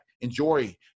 enjoy